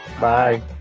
Bye